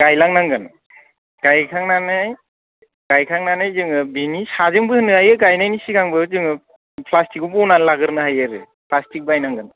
गायलांनांगोन गायखांनानै गायखांनानै जोङो बिनि साजों बोनो हायो गायनायनि सिगांबो जोङो प्लाष्टिखौ बनानै लागोरनो हायो आरो प्लाष्टिक बायनांगौ